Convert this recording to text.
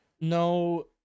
No